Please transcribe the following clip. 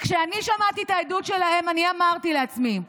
כשאני שמעתי את העדות שלהם אני אמרתי לעצמי: